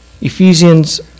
Ephesians